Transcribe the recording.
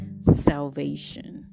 salvation